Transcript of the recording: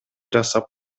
жасап